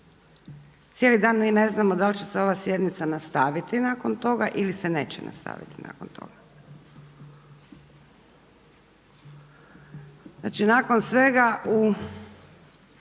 cijeli dan mi ne znamo da li će se ova sjednica nastaviti nakon toga ili se neće nastaviti nakon toga. Znači nakon svega u